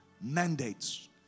mandates